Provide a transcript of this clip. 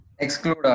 Exclude